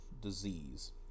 disease